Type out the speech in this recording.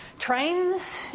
trains